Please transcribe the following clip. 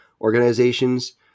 organizations